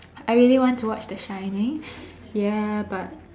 I really want to watch The Shining ya but